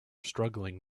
struggling